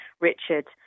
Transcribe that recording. Richard